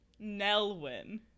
Nelwyn